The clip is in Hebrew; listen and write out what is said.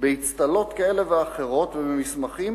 באצטלות כאלה ואחרות ובמסמכים